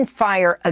fire